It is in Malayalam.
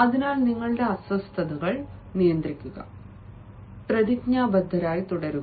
അതിനാൽ നിങ്ങളുടെ അസ്വസ്ഥതകൾ നിയന്ത്രിക്കുക പ്രതിജ്ഞാബദ്ധരായി തുടരുക